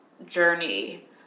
journey